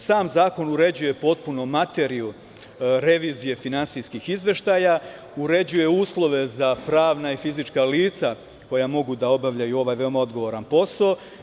Sam zakon uređuje potpuno materiju revizije finansijskih izveštaja, uređuje uslove za pravna i fizička lica koja mogu da obavljaju ovaj veoma odgovoran posao.